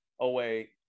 away